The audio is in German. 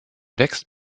wächst